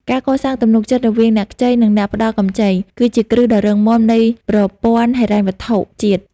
ការកសាងទំនុកចិត្តរវាងអ្នកខ្ចី និងអ្នកផ្ដល់កម្ចី គឺជាគ្រឹះដ៏រឹងមាំនៃប្រព័ន្ធហិរញ្ញវត្ថុជាតិ។